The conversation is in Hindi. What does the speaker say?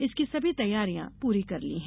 इसकी सभी तैयारियां पूरी कर ली हैं